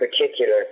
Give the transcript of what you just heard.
particular